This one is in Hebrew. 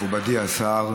מכובדי השר,